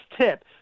tip